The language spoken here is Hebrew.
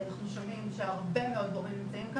אנחנו שומעים שהרבה מאוד גורמים נמצאים כאן,